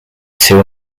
two